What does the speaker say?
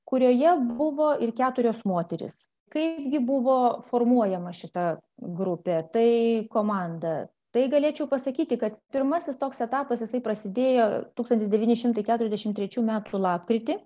kurioje buvo ir keturios moterys kaip gi buvo formuojama šita grupė tai komanda tai galėčiau pasakyti kad pirmasis toks etapas jisai prasidėjo tūkstantis devyni šimtai keturiasdešim trečių metų lapkritį